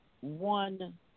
one